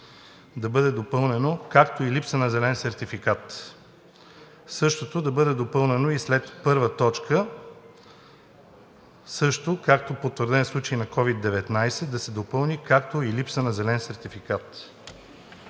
да бъде допълнено „както и липса на зелен сертификат“. Същото да бъде допълнено и след първа точка „както и потвърден случай на СOVID-19“, да се допълни „както и липса на зелен сертификат“.